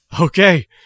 Okay